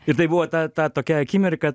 ir tai buvo ta ta tokia akimirka